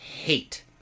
hate